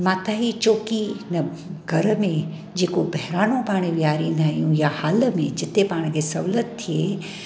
माता जी चौकी न घर में जेके बहिराणो पाणे विहारींदा आहियूं या हाल में जिथे पाण खे सहुलियतु थिए